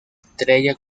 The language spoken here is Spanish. estrella